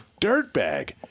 dirtbag